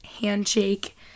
handshake